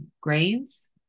grains